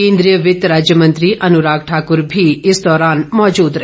केन्द्रीय वित्त राज्य मंत्री अनुराग ठाकुर भी इस दौरान मौजूद रहे